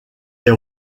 est